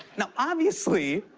now, obviously,